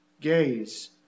gaze